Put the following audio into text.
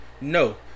No